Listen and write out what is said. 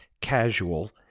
casual